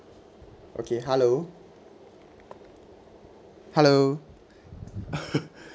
okay hello hello